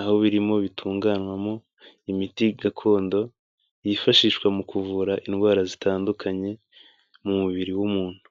aho birimo bitunganywamo imiti gakondo yifashishwa mu kuvura indwara zitandukanye mu mubiri w'umuntu.